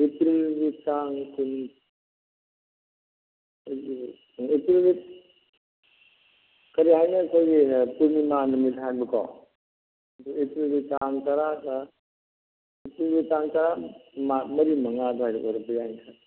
ꯑꯦꯄ꯭ꯔꯤꯜꯒꯤ ꯇꯥꯡ ꯀꯨꯟ ꯑꯦꯄ꯭ꯔꯤꯜꯒꯤ ꯀꯔꯤ ꯍꯥꯏꯅꯤ ꯑꯩꯈꯣꯏꯒꯤ ꯄꯨꯔꯅꯤꯃꯥ ꯅꯨꯃꯤꯠ ꯍꯥꯏꯕꯀꯣ ꯑꯦꯄ꯭ꯔꯤꯜꯒꯤ ꯇꯥꯡ ꯇꯔꯥꯒ ꯑꯦꯄ꯭ꯔꯤꯜꯒꯤ ꯇꯥꯡ ꯇꯔꯥꯃꯔꯤ ꯃꯉꯥ ꯑꯗ꯭ꯋꯥꯏꯗ ꯑꯣꯏꯔꯕ ꯌꯥꯏꯅ ꯈꯜꯂꯤ